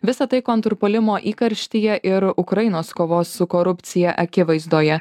visa tai kontrpuolimo įkarštyje ir ukrainos kovos su korupcija akivaizdoje